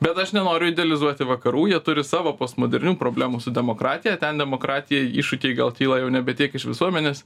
bet aš nenoriu idealizuoti vakarų jie turi savo postmodernių problemų su demokratija ten demokratijai iššūkiai gal kyla jau nebe tiek iš visuomenės